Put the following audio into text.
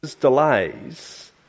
delays